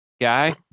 guy